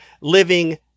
living